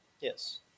Yes